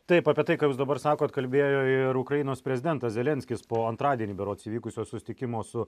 taip apie tai ką jūs dabar sakot kalbėjo ir ukrainos prezidentas zelenskis po antradienį berods įvykusio susitikimo su